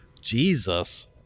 Jesus